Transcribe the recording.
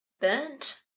burnt